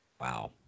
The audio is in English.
Wow